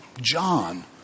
John